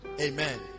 amen